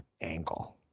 angle